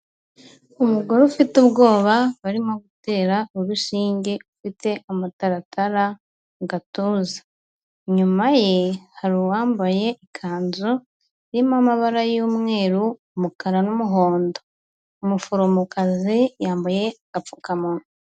Umugore ufite ubwoba barimo gutera urushinge ufite amataratara mugatuza, inyuma ye hari uwambaye ikanzu irimo amabara y'umweru, umukara, n'umuhondo. Umuforomokazi yambaye apfukamunwa.